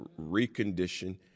recondition